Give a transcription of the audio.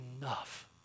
enough